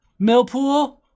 Millpool